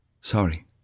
Sorry